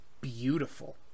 beautiful